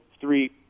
three